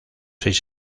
seis